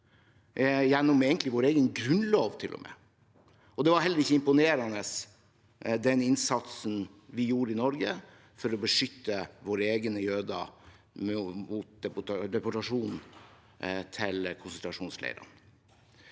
gjennom vår egen grunnlov, og den var heller ikke imponerende, den innsatsen vi gjorde i Norge for å beskytte våre egne jøder mot deportasjon til konsentrasjonsleirene.